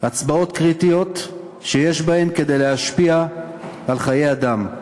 הצבעות קריטיות שיש בהן כדי להשפיע על חיי אדם.